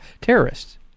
terrorists